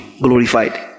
glorified